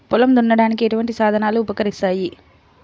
పొలం దున్నడానికి ఎటువంటి సాధనలు ఉపకరిస్తాయి?